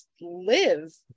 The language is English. live